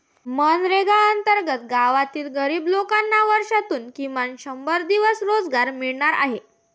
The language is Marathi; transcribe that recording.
मनरेगा अंतर्गत गावातील गरीब लोकांना वर्षातून किमान शंभर दिवस रोजगार मिळणार आहे